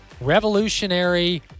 revolutionary